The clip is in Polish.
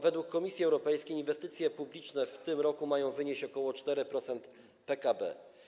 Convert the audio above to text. Według Komisji Europejskiej inwestycje publiczne w tym roku mają wynieść ok. 4% PKB.